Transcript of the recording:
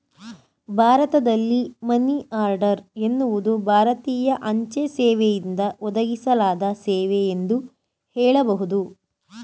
ಭಾರತದಲ್ಲಿ money order ಎನ್ನುವುದು ಭಾರತೀಯ ಅಂಚೆ ಸೇವೆಯಿಂದ ಒದಗಿಸಲಾದ ಸೇವೆ ಎಂದು ಹೇಳಬಹುದು